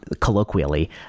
colloquially